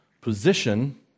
position